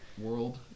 World